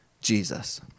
Jesus